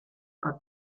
are